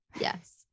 Yes